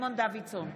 סימון דוידסון,